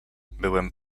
byłem